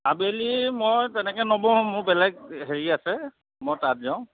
আবেলি মই তেনেকৈ নবহোঁ মোৰ বেলেগ হেৰি আছে মই তাত যাওঁ